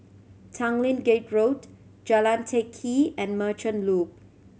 Tanglin Gate Road Jalan Teck Kee and Merchant Loop